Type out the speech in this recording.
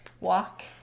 walk